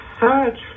search